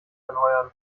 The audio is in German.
anheuern